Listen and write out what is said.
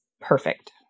perfect